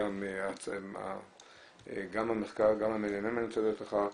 גם למחקר, גם לממ"מ, אני רוצה להודות לך,